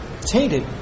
Tainted